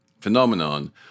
phenomenon